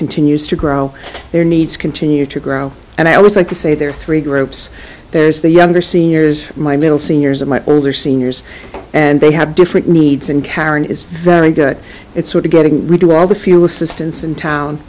continues to grow their needs continue to grow and i always like to say there are three groups there's the younger seniors my middle seniors and my older seniors and they have different needs and karen is very good it's sort of getting into other fields distance in town